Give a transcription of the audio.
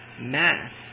mass